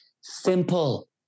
simple